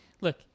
look